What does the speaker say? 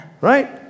right